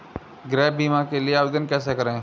गृह बीमा के लिए आवेदन कैसे करें?